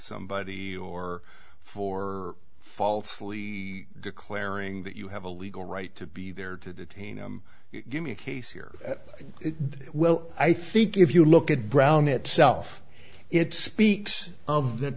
somebody or for fault slee declaring that you have a legal right to be there to detain you give me a case here well i think if you look at brown itself it speaks of that